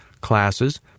classes